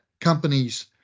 companies